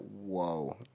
whoa